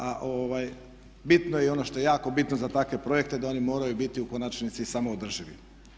A bitno je i ono što je jako bitno za takve projekte da oni moraju biti u konačnici samoodrživi.